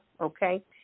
okay